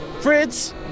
Fritz